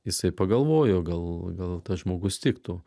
jisai pagalvojo gal gal tas žmogus tiktų